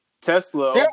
Tesla